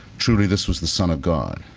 truly, this was the son of god.